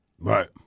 Right